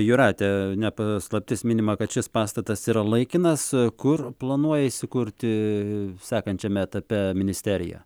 jūrate ne paslaptis minima kad šis pastatas yra laikinas kur planuoja įsikurti sekančiame etape ministerija